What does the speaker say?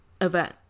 event